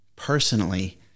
Personally